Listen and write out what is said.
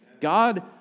God